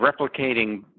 replicating